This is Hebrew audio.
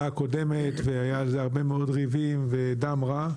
הקודמת והיו על זה הרבה מאוד ריבים ודם רע.